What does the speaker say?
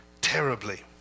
Terribly